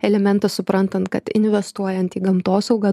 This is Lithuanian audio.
elementas suprantant kad investuojant į gamtosaugą